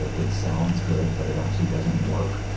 it it sounds good, but it actually doesn't work.